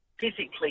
physically